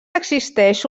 existeix